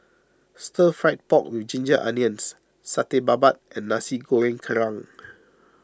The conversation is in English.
Stir Fry Pork with Ginger Onions Satay Babat and Nasi Goreng Kerang